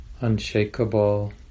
unshakable